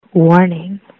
Warning